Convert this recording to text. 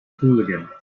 hooligan